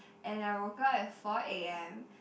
and I woke up at four a_m